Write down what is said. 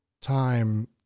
time